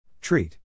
Treat